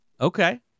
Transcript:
Okay